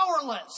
powerless